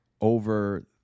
over